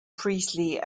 priestley